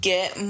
Get